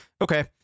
Okay